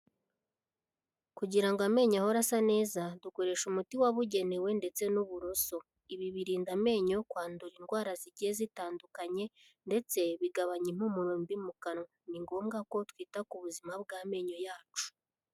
Kugirango ngo amenyo ahore asa neza dukoresha umuti wabugenewe ndetse n'uburoso, ibi birinda amenyo yo kwandura indwara zigiye zitandukanye ndetse bigabanya impumuro mbi mu kanwa. Ni ngombwa ko twita ku buzima bw'amenyo yacu.